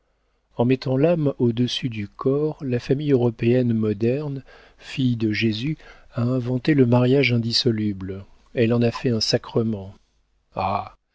en mettant l'âme au-dessus du corps la famille européenne moderne fille de jésus a inventé le mariage indissoluble elle en a fait un sacrement ah